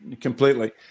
Completely